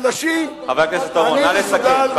חבר הכנסת אורון, נא לסכם.